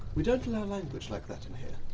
we don't allow language like that in here.